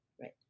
right